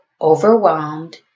overwhelmed